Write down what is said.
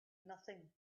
nothing